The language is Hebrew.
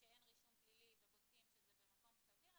שאין רישום פלילי ובודקים שזה במקום סביר,